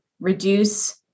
reduce